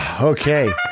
Okay